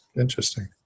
interesting